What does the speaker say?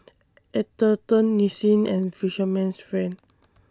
Atherton Nissin and Fisherman's Friend